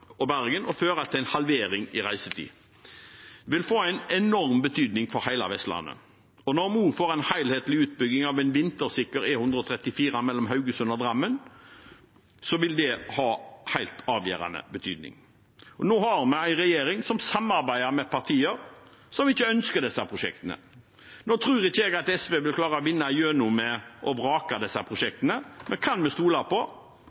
og Bergen og føre til en halvering av reisetiden. Det vil få en enorm betydning for hele Vestlandet. Når vi også får en helhetlig utbygging av en vintersikker E-134 mellom Haugesund og Drammen, vil det ha helt avgjørende betydning. Nå har vi en regjering som samarbeider med partier som ikke ønsker disse prosjektene. Nå tror ikke jeg at SV vil klare å vinne igjennom med å vrake disse prosjektene, men kan vi stole på